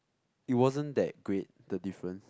it wasn't that great the difference